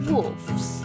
Wolves